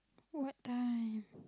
what time